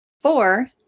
Four